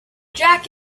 jack